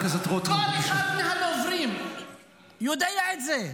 --- חבר הכנסת --- כל אחד מהדוברים יודע את זה.